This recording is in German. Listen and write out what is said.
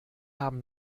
haben